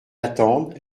attendre